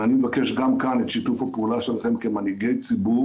ואני מבקש גם כאן את שיתוף הפעולה שלכם כמנהיגי ציבור